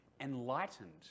enlightened